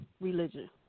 religion